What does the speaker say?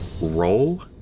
roll